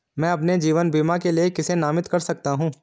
मैं अपने जीवन बीमा के लिए किसे नामित कर सकता हूं?